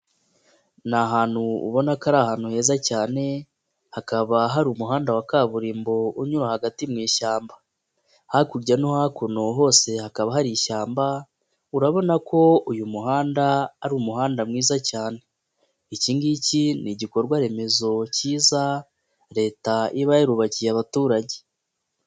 Ni ahantu ubona ko ari ahantu heza cyane hakaba hari umuhanda wa kaburimbo unyura hagati mu ishyamba, hakurya no hakuno hose hakaba hari ishyamba urabona ko uyu muhanda ari umuhanda mwiza cyane, iki ngiki ni igikorwa remezo kiza Leta iba yarubakiye abaturage.